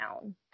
down